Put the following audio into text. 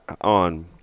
on